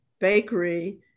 Bakery